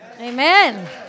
Amen